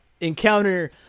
encounter